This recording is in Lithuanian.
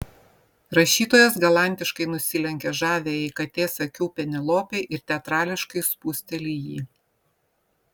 rašytojas galantiškai nusilenkia žaviajai katės akių penelopei ir teatrališkai spusteli jį